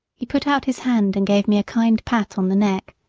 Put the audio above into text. he put out his hand and gave me a kind pat on the neck.